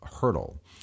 hurdle